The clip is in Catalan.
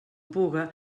puga